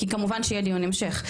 כי כמובן שיהיה דיון המשך.